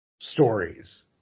stories